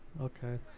Okay